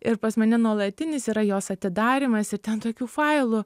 ir pas mane nuolatinis yra jos atidarymas ir ten tokių failų